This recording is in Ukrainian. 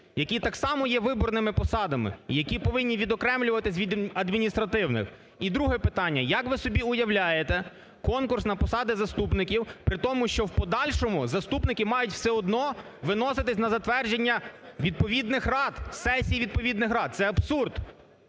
які так само є виборними посадами і які повинні відокремлюватись від адміністративних. І друге питання. Як ви собі уявляєте конкурс на посади заступників при тому, що в подальшому заступники мають все-одно виноситись на затвердження відповідних рад, сесій відповідних рад – це абсурд.